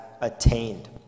attained